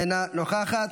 אינה נוכחת,